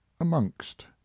Amongst